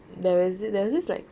there was this there was this like